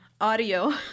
audio